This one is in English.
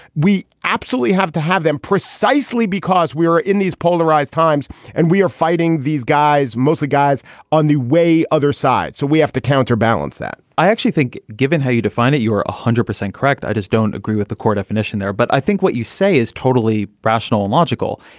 we absolutely have to have them precisely because we are in these polarized times and we are fighting these guys, mostly guys on the way other side. so we have to counterbalance that i actually think, given how you define it, you are one hundred percent correct. i just don't agree with the core definition there. but i think what you say is totally rational and logical.